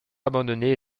abandonné